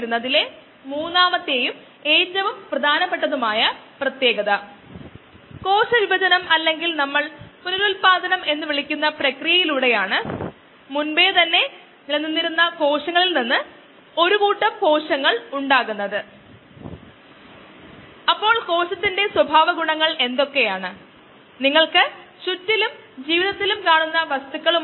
ഇത് മൊത്തം കോശങ്ങളുടെ സാന്ദ്രതയാണ് ഇത് നമ്മൾ യഥാർത്ഥത്തിൽ OD എന്ന് ഗ്രാഫിലൂടെ അളന്നു കോശങ്ങൾ ചിതറുന്നു തുടർന്ന് കാലിബ്രേറ്റ് ചെയുന്നു കൂടാതെ ODയെ ലിറ്ററിന് ഗ്രാമിലേക്ക് പരിവർത്തനം ചെയ്യാൻ നമ്മൾ ഒരു കാലിബ്രേഷൻ കർവ് ഉപയോഗിച്ചു